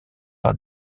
par